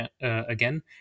again